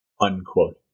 unquote